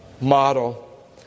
model